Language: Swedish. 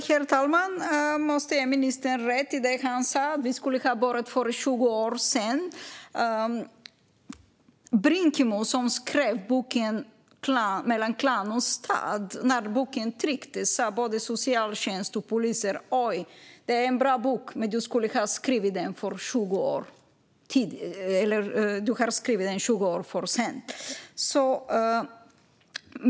Herr talman! Jag måste ge ministern rätt i det han sa om att vi skulle ha börjat för 20 år sedan. Per Brinkemo skrev boken Mellan klan och stat . När boken kom sa både socialtjänst och polisen: Oj, det är en bra bok, men du har skrivit den 20 år för sent.